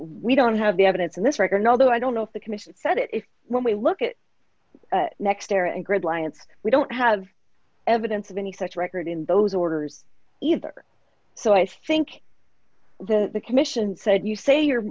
we don't have the evidence in this record although i don't know if the commission said it if when we look at next era and greg lyons we don't have evidence of any such record in those orders either so i think well the commission said you say you're